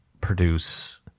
produce